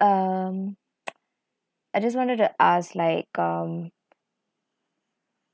um I just wanted to ask like um